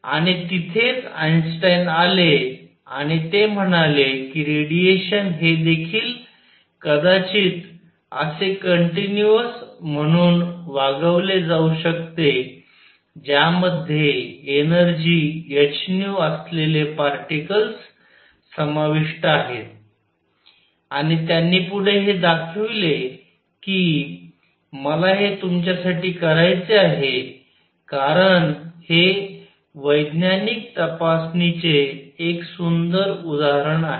आणि तिथेच आइन्स्टाईन आले आणि ते म्हणाले की रेडिएशन हे देखील कदाचित असे कंटिन्यूअस म्हणून वागवले जाऊ शकते ज्या मध्ये एनर्जी h असलेले पार्टिकल्स समाविष्ट आहेत आणि त्यांनी पुढे हे दाखविले कि मला हे तुमच्यासाठी करायचे आहे कारण हे वैज्ञानिक तपासणीचे एक सुंदर उदाहरण आहे